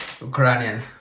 Ukrainian